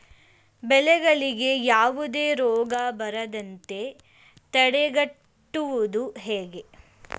ಬೆಳೆಗಳಿಗೆ ಯಾವುದೇ ರೋಗ ಬರದಂತೆ ತಡೆಗಟ್ಟುವುದು ಹೇಗೆ?